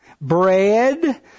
bread